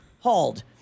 Hauled